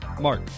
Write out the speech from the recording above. Mark